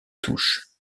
touche